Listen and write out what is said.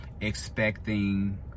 expecting